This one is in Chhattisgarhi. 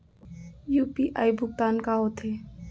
यू.पी.आई भुगतान का होथे?